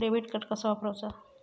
Debit card कसा वापरुचा?